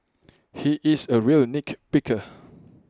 he is A real nick picker